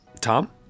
Tom